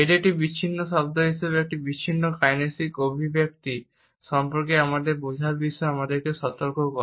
এটি একটি বিচ্ছিন্ন শব্দ হিসাবে একটি বিচ্ছিন্ন কাইনেসিক অভিব্যক্তি সম্পর্কে আমাদের বোঝার বিষয়ে আমাদের সতর্ক করে